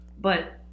But-